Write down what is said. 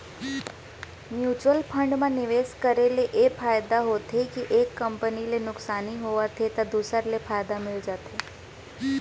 mutual fund म निवेस करे ले ए फायदा होथे के एक कंपनी ले नुकसानी होवत हे त दूसर ले फायदा मिल जाथे